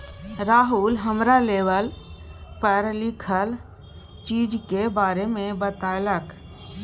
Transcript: राहुल हमरा लेवल पर लिखल चीजक बारे मे बतेलक